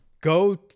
go